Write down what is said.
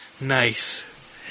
Nice